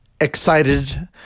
excited